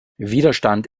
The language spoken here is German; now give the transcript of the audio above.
widerstand